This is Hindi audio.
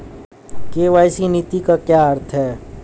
के.वाई.सी नीति का क्या अर्थ है?